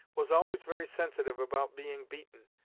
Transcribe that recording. was always very sensitive about being beaten,